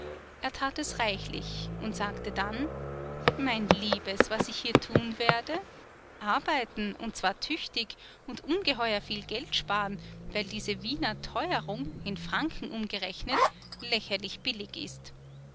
er tat es reichlich und sagte dann mein liebes was ich hier tun werde arbeiten und zwar tüchtig und ungeheuer viel geld sparen weil diese wiener teuerung in franken umgerechnet lächerlich billig ist